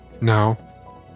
Now